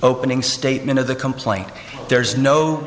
opening statement of the complaint there's no